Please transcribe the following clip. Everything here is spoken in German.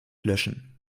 löschen